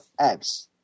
apps